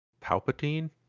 Palpatine